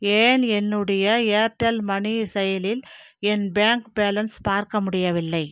ஏன் என்னுடைய Airtel money செயலியில் என் பேங்க் பேலன்ஸ் பார்க்க முடியவில்லை